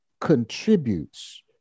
contributes